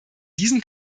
diesem